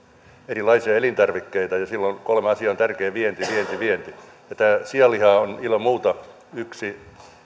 erilaisia elintarvikkeita silloin kolme asiaa on tärkeitä vienti vienti vienti ja tämä sianliha on ilman muuta yksi ja